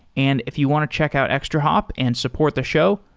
and if you want to check out extrahop and support the show,